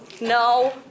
No